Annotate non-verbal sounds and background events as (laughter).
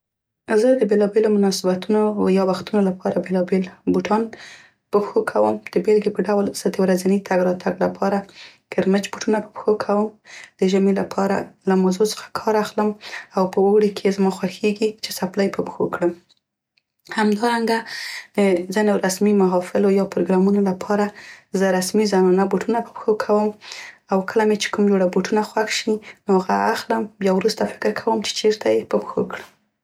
زه د بیلابیلو مناسبتونو یا وختونو لپاره بیلابیل بوټان په پښو کوم، د بیلګې په ډول زه د ورځيني تګ را تګ لپاره کرمچ بوټونه په پښو کوم، د ژمي لپاره له موزو څخه کار اخلم او په اوړي کې زما خوښیګي چې څپلۍ (unintelligible) په پښو کړم. همدارنګه ځينو رسمي محافلو يا پروګرامونو لپاره زه رسمي زنانه بوټونه په پښو کوم او کله مې چې کوم جوړه بوټونه خوښ شي نو هغه اخلم بیا وروسته فکر کوم چې چیرته یې په پښو کړم.